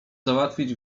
załatwić